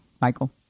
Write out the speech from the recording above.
Michael